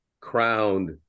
crowned